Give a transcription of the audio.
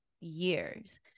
years